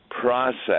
process